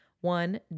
One